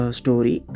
story